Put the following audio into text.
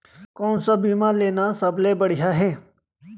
कोन स बीमा लेना सबले बढ़िया हे?